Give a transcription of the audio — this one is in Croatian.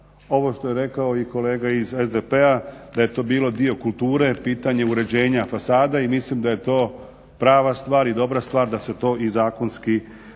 Ovo što je rekao i kolega iz SDP-a da je to bio dio kulture, pitanje uređenja fasada i mislim da je to prava stvar i dobra stvar da se to i zakonski regulira.